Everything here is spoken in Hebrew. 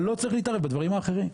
אבל לא צריך להתערב בדברים האחרים.